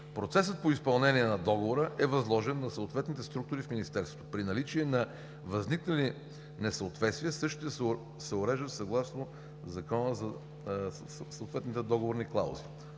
Процесът по изпълнение на Договора е възложен на съответните структури в Министерството. При наличие на възникнали несъответствия същите се уреждат съгласно договорните клаузи.